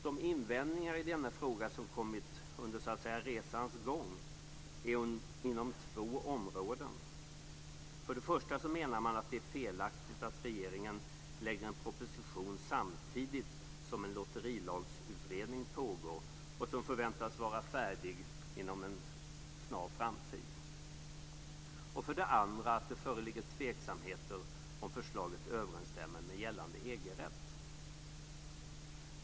De invändningar i denna fråga som kommit under så att säga resans gång är inom två områden. För det första menar man att det är felaktigt att regeringen lägger fram en proposition samtidigt som en lotterilagsutredning pågår och som förväntas vara färdig inom en snar framtid. För det andra menar man att det föreligger tveksamheter om förslaget överensstämmer med gällande EG-rätt.